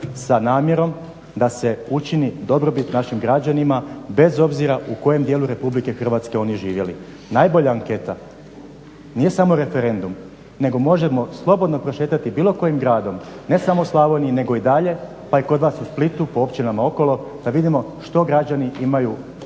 sa namjerom da se učini dobrobit našim građanima bez obzira u kojem dijelu Republike Hrvatske oni živjeli. Najbolja anketa nije samo referendum, nego možemo slobodno prošetati bilo kojim gradom ne samo u Slavoniji, nego i dalje, pa i kod vas u Splitu po općinama okolo, da vidimo što građani imaju